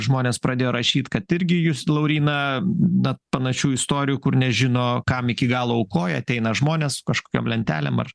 žmonės pradėjo rašyt kad irgi jus lauryna na panašių istorijų kur nežino kam iki galo aukoja ateina žmonės su kažkokiom lentelėm ar